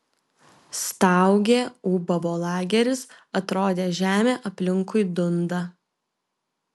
staugė ūbavo lageris atrodė žemė aplinkui dunda